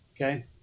okay